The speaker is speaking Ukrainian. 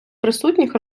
присутніх